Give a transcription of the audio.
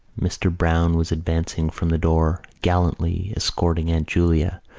mr. browne was advancing from the door, gallantly escorting aunt julia,